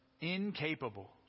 incapable